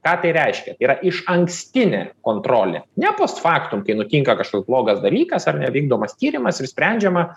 ką tai reiškia tai yra išankstinė kontrolė ne post factum kai nutinka kažkoks blogas dalykas ar ne vykdomas tyrimas ir sprendžiama